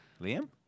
Liam